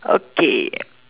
okay